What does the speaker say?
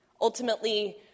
Ultimately